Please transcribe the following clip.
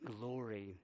glory